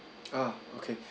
oh okay